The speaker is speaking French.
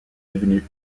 devenu